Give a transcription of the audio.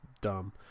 dumb